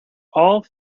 all